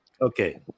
Okay